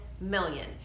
million